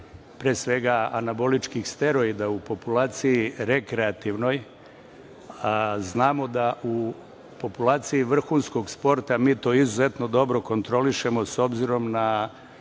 pre svega anaboličkih steroida u populaciji rekreativnoj. Znamo da u populaciji vrhunskog sporta mi to izuzetno dobro kontrolišemo, s obzirom na